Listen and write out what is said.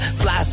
fly